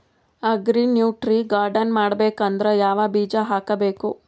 Agri nutri garden ಮಾಡಬೇಕಂದ್ರ ಯಾವ ಬೀಜ ಹಾಕಬೇಕು?